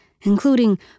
including